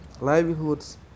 livelihoods